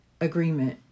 agreement